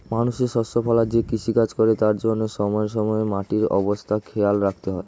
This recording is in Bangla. মানুষ শস্য ফলায় যে কৃষিকাজ করে তার জন্যে সময়ে সময়ে মাটির অবস্থা খেয়াল রাখতে হয়